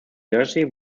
jersey